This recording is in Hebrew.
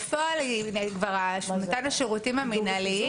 בפועל מתן השירותים המנהליים